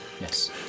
Yes